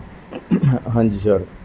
ਹਾਂਜੀ ਸਰ